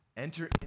Enter